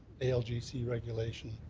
algc regulation,